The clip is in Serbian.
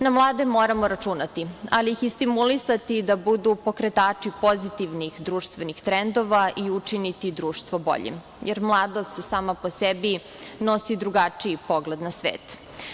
Na mlade moramo računati, ali ih i stimulisati da budu pokretači pozitivnih društvenih trendova i učiniti društvo boljim, jer mladost sama po sebi nosi drugačiji pogled na svet.